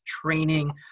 training